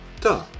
Duh